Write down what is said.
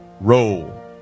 roll